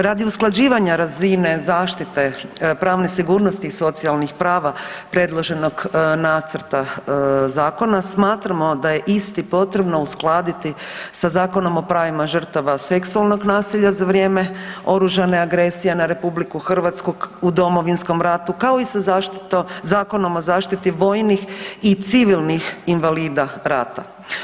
Radi usklađivanja razine zaštite pravne sigurnosti i socijalnih prava predloženog nacrta zakona smatramo da je isti potrebno uskladiti sa Zakonom o pravima žrtava seksualnog nasilja za vrijeme oružane agresije na RH u Domovinskom ratu kao i sa Zakonom o zaštiti vojnih i civilnih invalida rata.